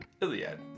Iliad